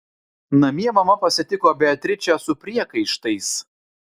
namie mama pasitiko beatričę su priekaištais